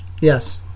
Yes